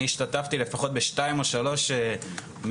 אני השתתפתי לפחות בשתיים או שלוש מסגרות